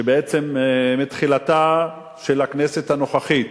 שבעצם מתחילתה של הכנסת הנוכחית